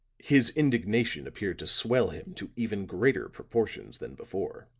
his indignation appeared to swell him to even greater proportions than before.